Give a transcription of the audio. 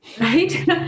right